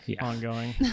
ongoing